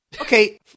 Okay